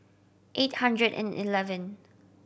eight hundred and eleven